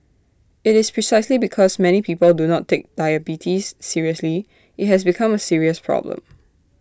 IT is precisely because many people do not take diabetes seriously that IT has become A serious problem